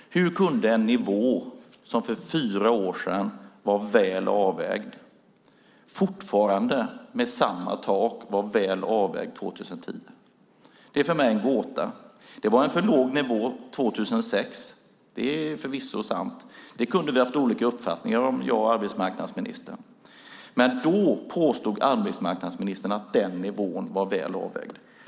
Hur kunde en nivå som för fyra år sedan var väl avvägd fortfarande med samma tak vara väl avvägd 2010? Det är för mig en gåta. Det var en för låg nivå 2006. Det är förvisso sant. Det kunde jag och arbetsmarknadsministern ha haft olika uppfattningar om, men då påstod arbetsmarknadsministern att den nivån var väl avvägd.